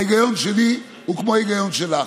ההיגיון שלי הוא כמו ההיגיון שלך.